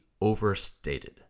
overstated